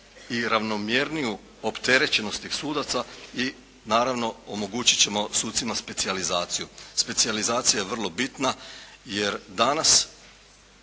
i ravnomjerniju opterećenost tih sudaca i naravno omogućit ćemo sucima specijalizaciju. Specijalizacija je vrlo bitna jer danas